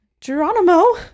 Geronimo